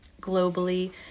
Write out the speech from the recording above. globally